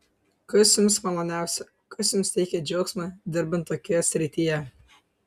kas jums maloniausia kas jums teikią džiaugsmą dirbant tokioje srityje